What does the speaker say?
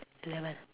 eleven